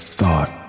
thought